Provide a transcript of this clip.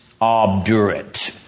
obdurate